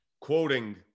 quoting